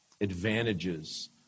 advantages